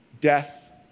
death